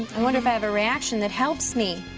i wonder if i have a reaction that helps me.